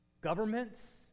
governments